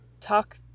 Talk